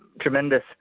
tremendous